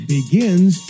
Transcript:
begins